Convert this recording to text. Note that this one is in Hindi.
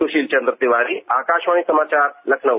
सुशील चंद्र तिवारी आकाशवाणी समाचार लखनऊ